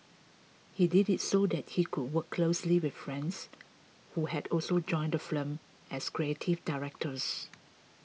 he did it so that he could work closely with friends who had also joined the firm as creative directors